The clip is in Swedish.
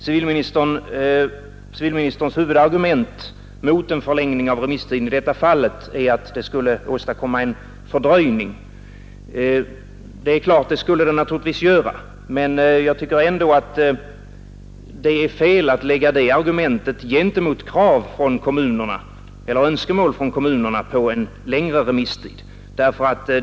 Civilministerns huvudargument mot en förlängning av remisstiden är att den skulle åstadkomma en fördröjning. Det skulle den naturligtvis göra, men jag tycker ändå att det är fel att anföra det argumentet mot önskemålet från kommunerna om längre remisstid.